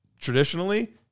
Traditionally